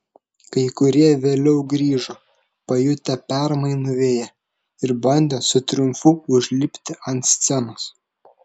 kai kurie vėliau grįžo pajutę permainų vėją ir bandė su triumfu užlipti ant scenos